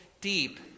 deep